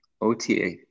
OTA